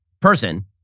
person